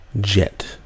jet